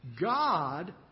God